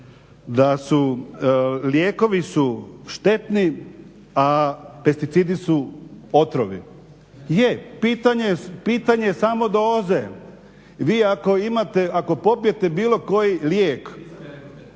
da su lijekovi su štetni, a pesticidi su otrovi. Je, pitanje je samo doze. Vi ako imate, ako popijete bilo koji lijek…